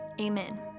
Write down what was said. Amen